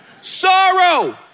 Sorrow